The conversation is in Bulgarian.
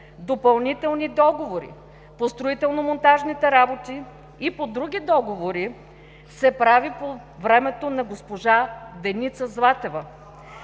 допълнителни договори по строително-монтажните работи и по други договори се прави по времето на госпожа Деница Златева.